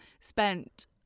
spent